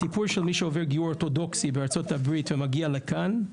הסיפור של מי שעובר גיור אורתודוקסי בארצות הברית ומגיע לכאן,